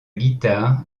guitare